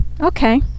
Okay